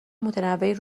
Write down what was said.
متنوعی